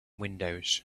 windows